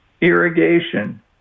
irrigation